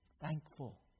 thankful